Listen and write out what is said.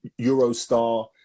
Eurostar